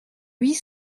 huit